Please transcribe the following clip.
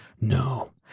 No